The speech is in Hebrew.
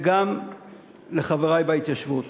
וגם לחברי בהתיישבות: